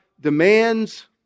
demands